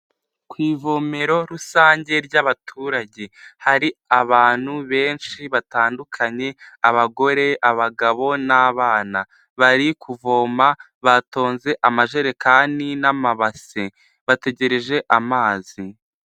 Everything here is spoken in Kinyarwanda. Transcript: Ku ivomero rusange ry'abaturage hari abantu benshi batandukanye abagore abagabo n'abana bari kuvoma batonze amajerekani n'amabase bategereje amazi.